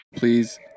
please